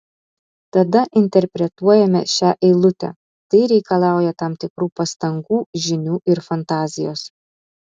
tada interpretuojame šią eilutę tai reikalauja tam tikrų pastangų žinių ir fantazijos